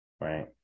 Right